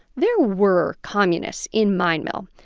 there were communists in mine mill,